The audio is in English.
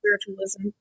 spiritualism